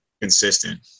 consistent